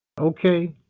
Okay